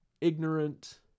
ignorant